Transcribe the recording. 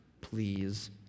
please